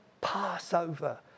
Passover